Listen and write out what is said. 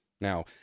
Now